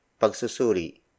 Pagsusuri